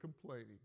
complaining